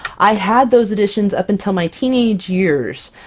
i had those editions up until my teenage years!